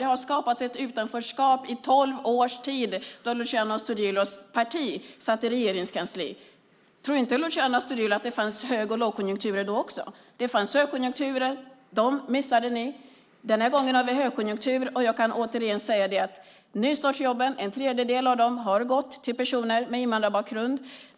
Det har skapats ett utanförskap i tolv års tid då Luciano Astudillos parti satt i Regeringskansliet. Tror inte Luciano Astudillo att det fanns hög och lågkonjunkturer då också? Det fanns högkonjunkturer. Dem missade ni. Den här gången har vi högkonjunktur, och jag kan återigen säga att en tredjedel av nystartsjobben har gått till personer med invandrarbakgrund.